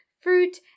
fruit